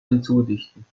hinzudichten